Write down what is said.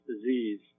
disease